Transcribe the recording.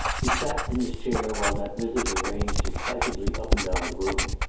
he sat in his chair while that visitor ranged excitedly up and down the room,